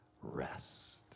rest